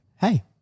Hey